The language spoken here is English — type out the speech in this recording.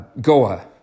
Goa